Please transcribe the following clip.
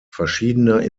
verschiedener